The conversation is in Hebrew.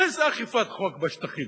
איזה אכיפת חוק בשטחים?